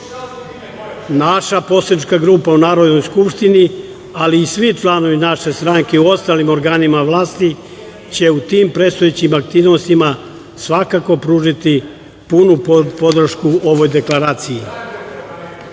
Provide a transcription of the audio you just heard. poslanička grupa u Narodnoj skupštini, ali i svi članovi naše stranke u ostalim organima vlasti će u tim predstojećim aktivnostima svakako pružiti punu podršku ovoj deklaraciji. Od